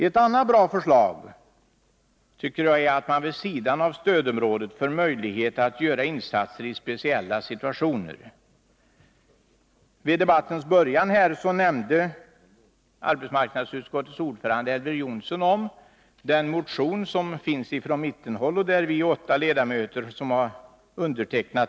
Ett annat bra förslag tycker jag är att man vid sidan av stödområdet får möjligheter att göra insatser i speciella situationer. Vid debattens början nämnde arbetsmarknadsutskottets ordförande Elver Jonsson den motion som finns från mittenhåll med åtta ledamöter som undertecknare.